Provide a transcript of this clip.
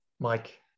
Mike